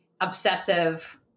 obsessive